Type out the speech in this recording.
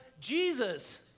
Jesus